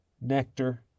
nectar